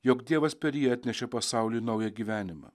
jog dievas per jį atnešė pasauliui naują gyvenimą